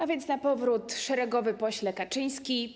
A więc na powrót: Szeregowy Pośle Kaczyński!